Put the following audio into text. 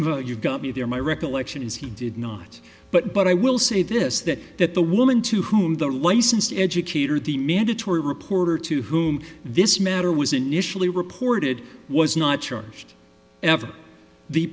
charge you got me there my recollection is he did not but but i will say this that that the woman to whom the licensed educator the mandatory reporter to whom this matter was initially reported was not charged